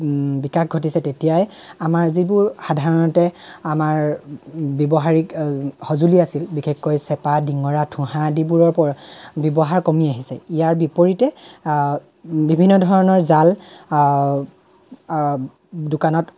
বিকাশ ঘটিছে তেতিয়াই আমাৰ যিবোৰ সাধাৰণতে আমাৰ ব্যৱহাৰিক সজুলি আছিল বিশেষকৈ চেপা ডিঙৰা থোঁহা আদিবোৰৰ ব্যৱহাৰ কমি আহিছে ইয়াৰ বিপৰীতে বিভিন্ন ধৰণৰ জাল দোকানত